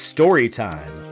Storytime